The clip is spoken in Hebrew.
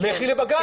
לכי לבג"ץ.